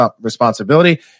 responsibility